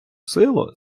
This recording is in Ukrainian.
силу